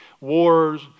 wars